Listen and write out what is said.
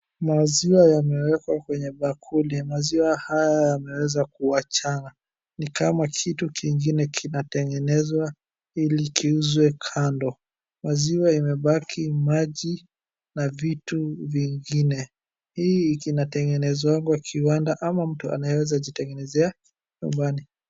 Maziwa yamewekwa kwenye bakuli. Maziwa haya yameweza kuachana, ni kama kitu kingine kinatengenezwa ili kiuzwe kando. Maziwa imebaki maji na vitu vingine. Hii inatengenezewa kiwanda, ama mtu anaweza anaeza jitengenezea nyumbani.